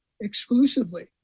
exclusively